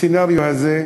הסצנריו הזה,